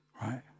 right